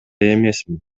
эмесмин